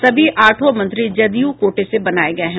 सभी आठों मंत्री जदयू कोटे से बनाए गये हैं